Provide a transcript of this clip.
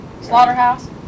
Slaughterhouse